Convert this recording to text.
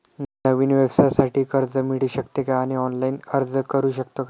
नवीन व्यवसायासाठी कर्ज मिळू शकते का आणि ऑनलाइन अर्ज करू शकतो का?